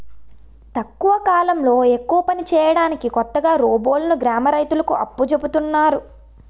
తక్కువ కాలంలో ఎక్కువ పని చేయడానికి కొత్తగా రోబోలును గ్రామ రైతులకు అప్పజెపుతున్నారు